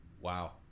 Wow